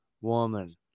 woman